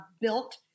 built